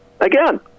again